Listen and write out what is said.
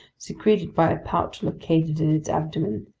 secreted by a pouch located in its abdomen.